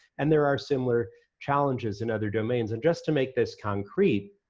and there are similar challenges in other domains. and just to make this concrete,